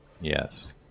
Yes